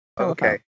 Okay